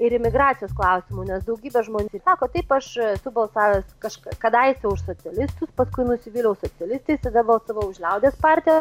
ir imigracijos klausimu nes daugybė žmonių tai sako taip aš e esu balsavęs kažka kadaise už socialistus paskui nusvyliau socialistais tada balsavau už liaudies partiją